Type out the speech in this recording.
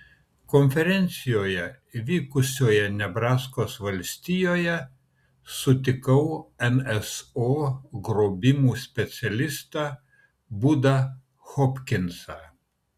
konferencijoje vykusioje nebraskos valstijoje sutikau nso grobimų specialistą budą hopkinsą